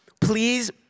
please